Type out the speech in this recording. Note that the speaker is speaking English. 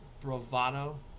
bravado